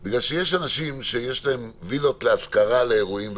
כי יש אנשים שיש להם וילות להשכרה לאירועים,